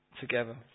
together